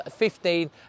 15